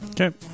Okay